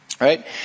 Right